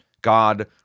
God